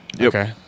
okay